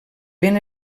ben